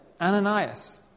Ananias